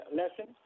lesson